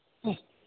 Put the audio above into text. ह्म्